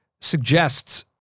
suggests